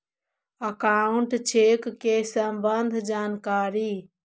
Account check के सम्बन्ध जानकारी?